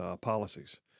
policies